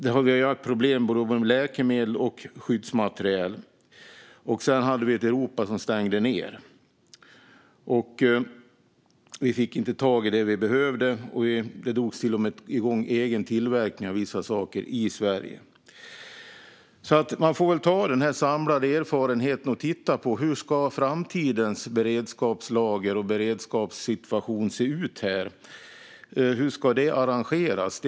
Det har varit problem med både läkemedel och skyddsmateriel. Sedan hade vi ett Europa som stängde ned. Vi fick inte tag i det vi behövde. Det drogs till och med igång egen tillverkning av vissa saker i Sverige. Vi får väl ta den samlade erfarenheten och titta på hur framtidens beredskapslager och beredskapssituation ska se ut här och hur det ska arrangeras.